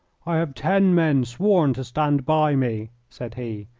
i have ten men sworn to stand by me, said he.